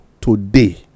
today